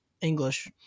english